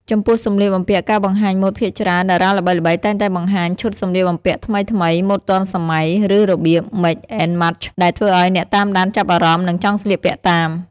ចំពោះសម្លៀកបំពាក់ការបង្ហាញម៉ូតភាគច្រើនតារាល្បីៗតែងតែបង្ហាញឈុតសម្លៀកបំពាក់ថ្មីៗ ម៉ូតទាន់សម័យ ឬរបៀប Mix and Match ដែលធ្វើឲ្យអ្នកតាមដានចាប់អារម្មណ៍ និងចង់ស្លៀកពាក់តាម។